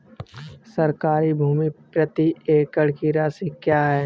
सरकारी भूमि प्रति एकड़ की राशि क्या है?